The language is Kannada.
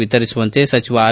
ವಿತರಿಸುವಂತೆ ಸಚಿವ ಆರ್